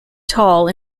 tall